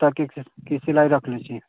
कुर्ताके की सिलाइ रखले छी